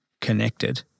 connected